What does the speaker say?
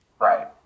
Right